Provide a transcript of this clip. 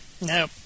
no